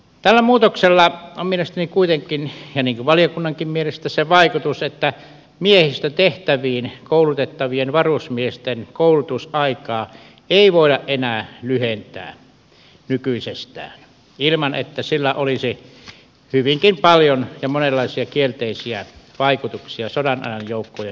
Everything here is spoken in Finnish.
tällä muutoksella on mielestäni kuitenkin ja niin kuin valiokunnankin mielestä se vaikutus että miehistötehtäviin koulutettavien varusmiesten koulutusaikaa ei voida enää lyhentää nykyisestään ilman että sillä olisi hyvinkin paljon ja monenlaisia kielteisiä vaikutuksia sodan ajan joukkojen suorituskykyyn